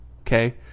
okay